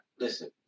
Listen